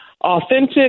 Authentic